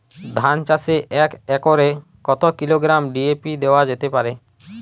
ধান চাষে এক একরে কত কিলোগ্রাম ডি.এ.পি দেওয়া যেতে পারে?